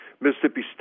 Mississippi